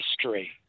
history